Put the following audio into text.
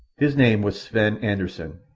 his name was sven anderssen,